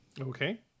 Okay